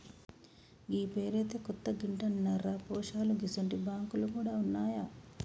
గీ పేరైతే కొత్తగింటన్నరా పోశాలూ గిసుంటి బాంకులు గూడ ఉన్నాయా